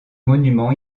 monument